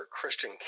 Christian